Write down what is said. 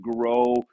grow